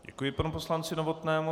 Děkuji panu poslanci Novotnému.